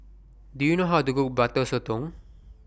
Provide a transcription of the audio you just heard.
Do YOU know How to Cook Butter Sotong